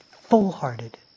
Full-hearted